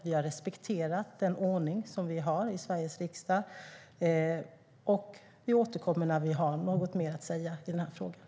Vi har respekterat den ordning vi har i Sveriges riksdag. Vi återkommer när vi har något mer att säga i den här frågan.